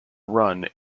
run